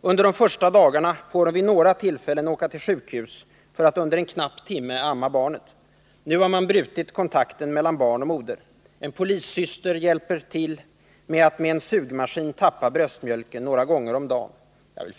Under de första dagarna i häktet fick modern vid några tillfällen åka till sjukhuset för att under en knapp timme amma sitt barn. Nu har kontakten mellan barn och moder brutits. En polissyster har hjälpt modern att med en sugmaskin tappa bröstmjölken några gånger om dagen.